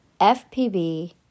FPB